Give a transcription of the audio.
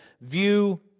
view